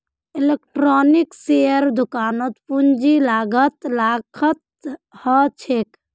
इलेक्ट्रॉनिक्सेर दुकानत पूंजीर लागत लाखत ह छेक